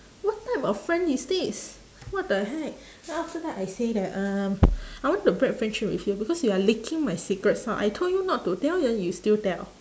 what type of friend is this what the heck then after that I say that um I want to break friendship with you because you are leaking my secrets out I told you not to tell then you still tell